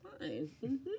fine